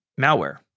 malware